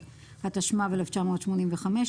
התשמ"ו-1985,